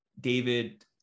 David